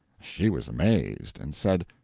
she was amazed, and said,